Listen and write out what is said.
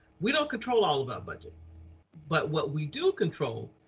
we don't control all about budget but what we do control,